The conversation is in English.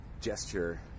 gesture